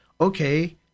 okay